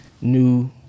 new